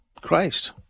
Christ